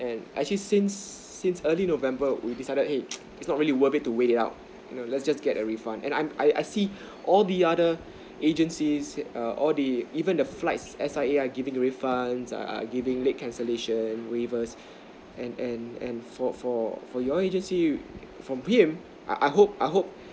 and actually since since early november we decided hey it's not really worth it to wait it out let's just get a refund and I'm I I see all the other agency s~ err all the or even the flights S_I_A are giving refunds are giving late cancellation reversed and and and for for for your agency for him I I hope I hope